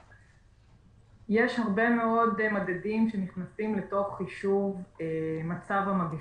הרבה מאוד מדדים שנכנסים לתוך חישוב מצב המגפה,